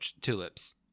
tulips